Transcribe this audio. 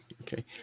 Okay